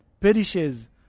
Perishes